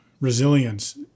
resilience